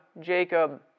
Jacob